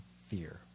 fear